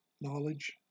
knowledge